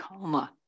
coma